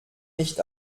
nicht